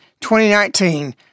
2019